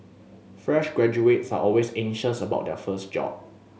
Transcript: fresh graduates are always anxious about their first job